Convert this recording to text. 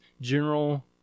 general